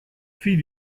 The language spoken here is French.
fille